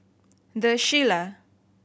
the Shilla